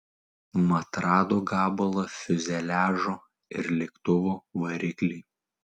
mat rado gabalą fiuzeliažo ir lėktuvo variklį